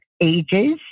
ages